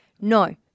No